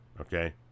okay